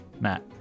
Matt